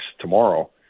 tomorrow